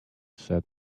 said